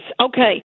okay